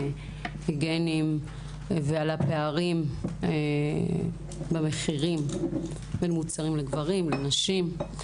היגייניים ועל הפערים במחירים בין מוצרי גברים למוצרי נשים.